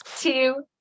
two